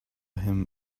him